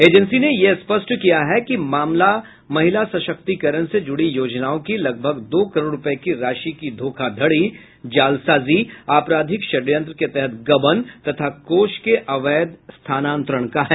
agency ने ये स्पष्ट किया है कि मामला महिला सशक्तीकरण से जुड़ी योजनाओं की लगभग दो करोड़ रूपये की राशि की धोखाधड़ी जालसाजी आपराधिक षडंयत्र के तहत गबन तथा कोष के अवैध स्थानांतरण का है